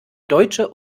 deutsche